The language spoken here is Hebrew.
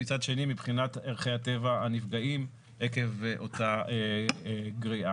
ומצד שני מבחינת ערכי הטבע הנפגעים עקב אותה גריעה.